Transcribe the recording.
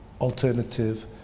alternative